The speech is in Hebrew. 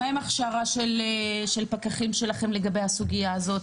מה עם הכשרה של פקחים שלכם לגבי הסוגייה הזאת?